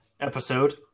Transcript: episode